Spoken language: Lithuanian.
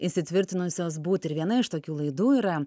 įsitvirtinusios būti ir viena iš tokių laidų yra